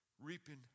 Reaping